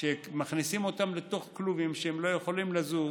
שמכניסים אותם לתוך כלובים והם לא יכולים לזוז